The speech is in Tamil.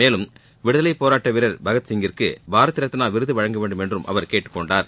மேலும் விடுதலை போராட்ட வீரர் பகத் சிங்கிற்கு பாரத ரத்னா விருது வழங்க வேண்டும் என்றும் அவர் கேட்டுக் கொண்டார்